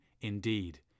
indeed